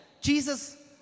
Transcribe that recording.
Jesus